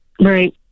Right